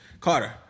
Carter